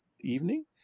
evening